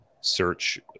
search